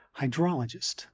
hydrologist